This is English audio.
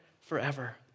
forever